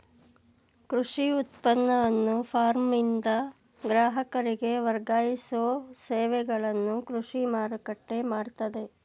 ಕೃಷಿ ಉತ್ಪನ್ನವನ್ನ ಫಾರ್ಮ್ನಿಂದ ಗ್ರಾಹಕರಿಗೆ ವರ್ಗಾಯಿಸೋ ಸೇವೆಗಳನ್ನು ಕೃಷಿ ಮಾರುಕಟ್ಟೆ ಮಾಡ್ತದೆ